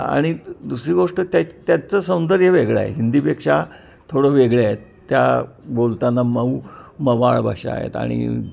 आणि दुसरी गोष्ट त्या त्याचं सौंदर्य वेगळं आहे हिंदीपेक्षा थोडं वेगळे आहे त्या बोलताना मऊ मवाळ भाषा आहेत आणि